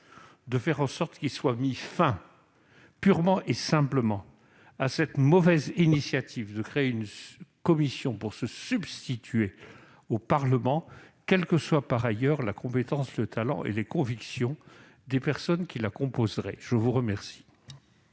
de faire en sorte qu'il soit mis fin, purement et simplement, à cette mauvaise initiative qui consiste à créer une commission se substituant au Parlement, quels que soient, par ailleurs, la compétence, le talent et les convictions des personnes qui la composeraient. Acte vous est